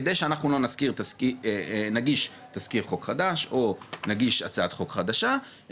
כדי שאנחנו לא נגיש תזכיר חוק חדש או נגיש הצעת חוק חדשה,